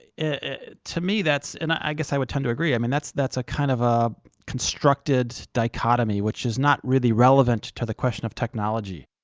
to me, that's and i guess i would tend to agree i mean, that's that's a kind of a constructed dichotomy which is not really relevant to the question of technology.